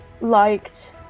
liked